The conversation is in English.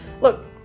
look